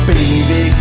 Baby